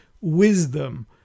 wisdom